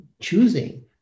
choosing